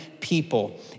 people